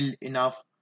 enough